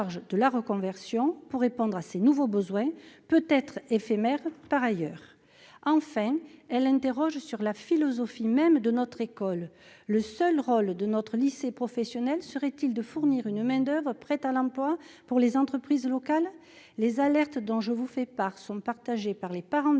de la reconversion pour répondre à ces nouveaux besoins, peut-être éphémères. Enfin, elle interroge sur la philosophie même de notre école. Le seul rôle de notre lycée professionnel serait-il de fournir une main-d'oeuvre prête à l'emploi pour les entreprises locales ? Pour conclure, les alertes que je vous lance sont partagées par les parents